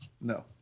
no